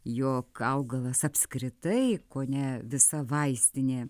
jog augalas apskritai kone visa vaistinė